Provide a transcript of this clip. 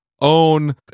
own